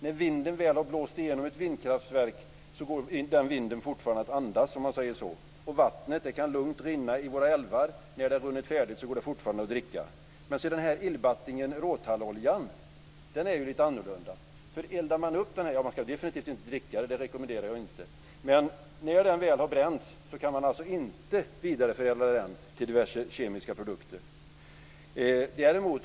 När vinden väl har blåst igenom ett vindkraftverk går den vinden fortfarande att andas. Vattnet kan lugnt rinna i våra älvar. När det har runnit färdigt går det fortfarande att dricka. Men illbattingen råtalloljan är ju lite annorlunda. När den väl har bränts - man skall definitivt inte dricka den, det rekommenderar jag inte - kan den alltså inte vidareförädlas till diverse kemiska produkter.